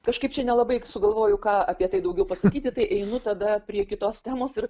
kažkaip nelabai sugalvoju ką apie tai daugiau pasakyti tai einu tada prie kitos temos ir